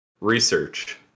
research